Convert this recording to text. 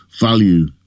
value